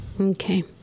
Okay